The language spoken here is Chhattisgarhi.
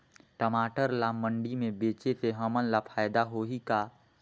टमाटर ला मंडी मे बेचे से हमन ला फायदा होही का?